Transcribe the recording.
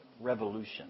revolution